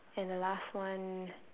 and the last one